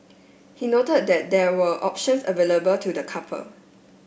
he noted that there were options available to the couple